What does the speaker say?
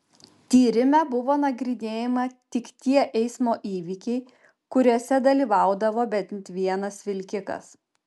tyrime buvo nagrinėjami tik tie eismo įvykiai kuriuose dalyvaudavo bent vienas vilkikas